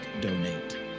donate